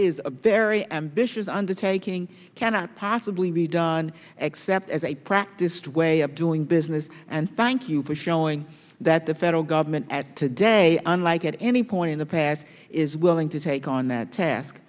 is a very ambitious undertaking cannot possibly be done except as a practiced way of doing business and thank you for showing that the federal government at today unlike at any point in the past is willing to take on that task